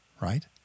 right